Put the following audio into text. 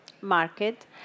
market